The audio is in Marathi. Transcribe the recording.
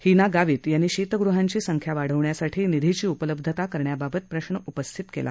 हिना गावीत यांनी शीतगृहांची संख्या वाढवण्यासाठी निधीची उपलब्धता करण्याबाबत प्रश्न उपस्थित केला